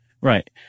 Right